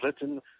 written